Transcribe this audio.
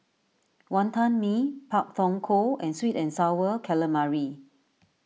Wantan Mee Pak Thong Ko and Sweet and Sour Calamari